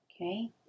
Okay